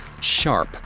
sharp